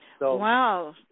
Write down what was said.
Wow